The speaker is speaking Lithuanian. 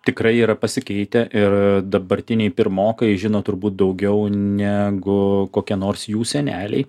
tikrai yra pasikeitę ir dabartiniai pirmokai žino turbūt daugiau negu kokie nors jų seneliai